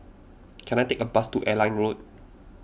can I take a bus to Airline Road